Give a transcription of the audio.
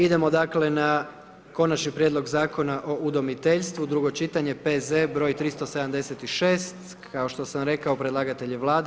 Idemo, dakle, na: - Konačni prijedloga zakona o udomiteljstvu, drugo čitanje, P.Z. broj 376, kao što sam rekao, predlagatelj je Vlada.